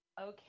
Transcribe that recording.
Okay